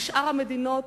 כי שאר המדינות